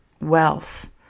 wealth